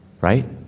right